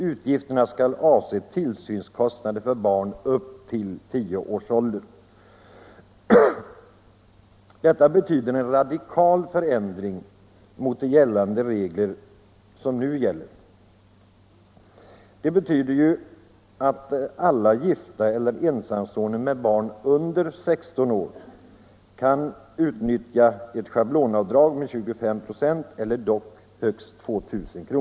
Utgifterna skall avse tillsynskostnader för barn upp till 10 års ålder. Detta betyder en radikal förändring mot de regler som nu gäller. Alla gifta eller ensamstående med barn under 16 år kan t.ex. utnyttja ett schablonavdrag med 25 926, dock högst 2000 kr.